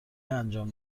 انجام